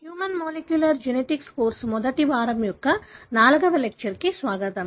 human molecular genetics course మొదటి వారం యొక్క నాల్గవ లెక్చర్ కు స్వాగతం